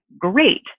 Great